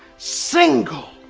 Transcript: single.